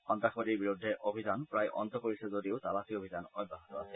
সন্ত্ৰাসবাদীৰ বিৰুদ্ধে অভিযান প্ৰায় অন্ত পৰিছে যদিও তালাচী অভিযান অব্যাহত আছে